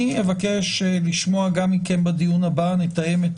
אבקש לשמוע גם מכם בדיון הבא נתאם את